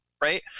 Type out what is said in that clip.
right